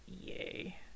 yay